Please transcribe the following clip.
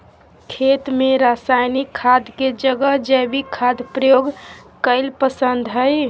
खेत में रासायनिक खाद के जगह जैविक खाद प्रयोग कईल पसंद हई